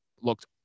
looked